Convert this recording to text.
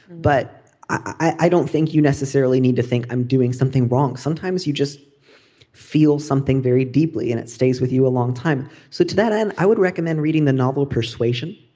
but i don't think you necessarily need to think i'm doing something wrong. sometimes you just feel something very deeply and it stays with you a long time. so to that end, i would recommend reading the novel persuasion